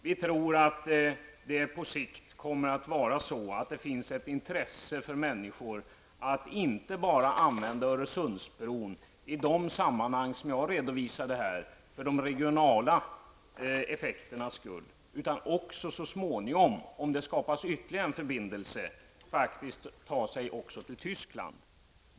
Vi tror att det på sikt kommer att finnas ett intresse hos människorna att inte bara använda Öresundsbron för de regionala effekters skull som jag redovisade, utan också så småningom när det skapas en ny förbindelse faktiskt ta sig till Tyskland.